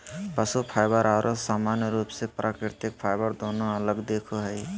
पशु फाइबर आरो सामान्य रूप से प्राकृतिक फाइबर दोनों अलग दिखो हइ